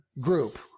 group